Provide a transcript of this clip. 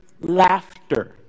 Laughter